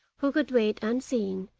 who could wait unseen,